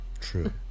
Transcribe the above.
True